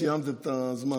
רויטל, סיימת את הזמן.